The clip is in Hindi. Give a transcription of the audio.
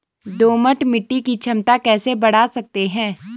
दोमट मिट्टी की क्षमता कैसे बड़ा सकते हैं?